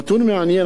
נתון מעניין,